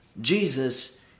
Jesus